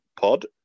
pod